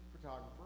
photographer